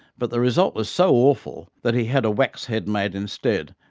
but the result was so awful that he had a wax head made instead,